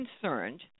concerned